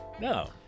No